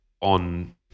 on